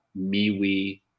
MeWe